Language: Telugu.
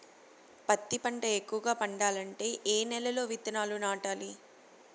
పత్తి పంట ఎక్కువగా పండాలంటే ఏ నెల లో విత్తనాలు నాటాలి?